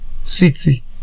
city